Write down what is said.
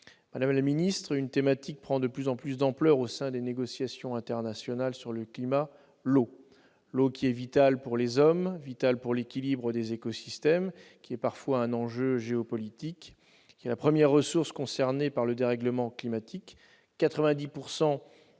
la thématique de l'eau prend de plus en plus d'ampleur au sein des négociations internationales sur le climat. L'eau est vitale pour les hommes, ainsi que pour l'équilibre des écosystèmes, et elle est parfois un enjeu géopolitique. C'est la première ressource concernée par le dérèglement climatique,